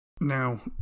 Now